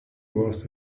was